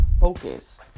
focus